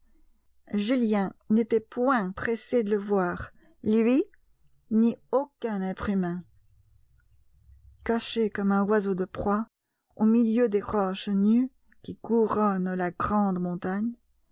julien n'était point pressé de le voir lui ni aucun autre être humain caché comme un oiseau de proie au milieu des roches nues qui couronnent la grande montagne